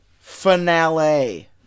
Finale